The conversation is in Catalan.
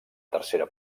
tercera